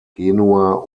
genua